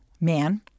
man